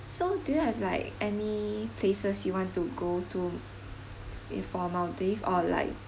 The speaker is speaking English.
so do you have like any places you want to go to if for maldives or like